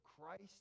Christ